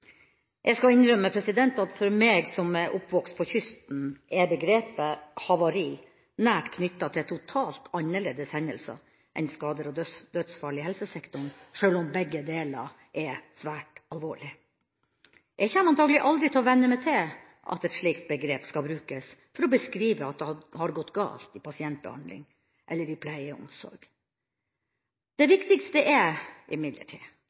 Jeg skal innrømme at for meg, som er oppvokst ved kysten, er begrepet «havari» nært knytta til totalt annerledes hendelser enn skader og dødsfall i helsesektoren, sjøl om begge deler er svært alvorlig. Jeg kommer antakelig aldri til å venne meg til at et slikt begrep skal brukes for å beskrive at det har gått galt i pasientbehandling eller i pleie og omsorg. Det viktigste er imidlertid